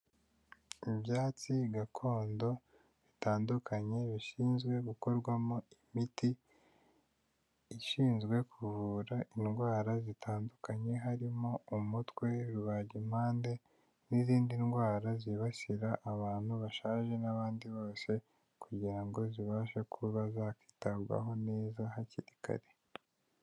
Ibyatsi gakondo bitandukanye bishinzwe gukorwamo imiti ishinzwe kuvura indwara zitandukanye harimo: umutwe, rubagimpande n'izindi ndwara zibasira abantu bashaje n'abandi bose kugira ngo zibashe kuba zakwitabwaho neza hakiri kare.